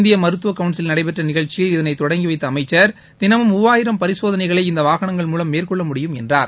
இந்திய மருத்துவ கவுன்சிலில் நடைபெற்ற நிகழ்ச்சியில் இதனை தொடங்கி வைத்த அமைச்சர் தினமும் மூவாயிரம் பரிசேதனைகளை இந்த வாகனங்கள் மூலம் மேற்கொள்ள முடியும் என்றார்